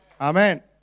Amen